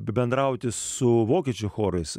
bendrauti su vokiečių chorais